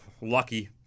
lucky